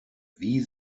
wie